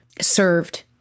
served